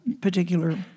particular